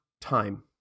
time